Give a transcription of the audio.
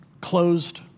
Closed